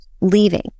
leaving